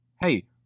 Hey